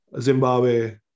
Zimbabwe